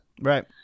right